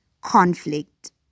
conflict